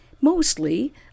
mostly